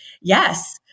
yes